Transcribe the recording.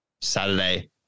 Saturday